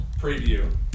preview